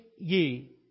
Ye